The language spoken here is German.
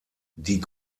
die